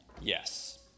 Yes